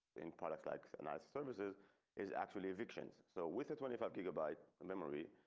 in product like a nice services is actually evictions so with a twenty five gigabyte memory.